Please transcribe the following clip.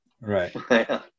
Right